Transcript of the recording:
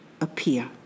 appear